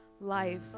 life